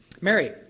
Mary